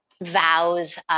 vows